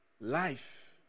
Life